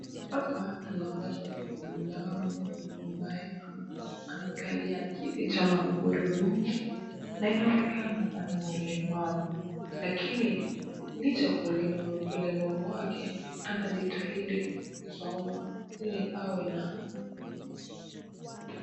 Hapa tunapata kuna ghulamu ambaye amekalia kiti cha magurudumu na inaonekana ana ulemavu lakini licha ya ulemavu wake anajitahidi kusoma ili awe na.....